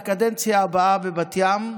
לקדנציה הבאה בבת ים,